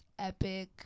epic